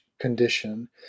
condition